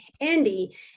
Andy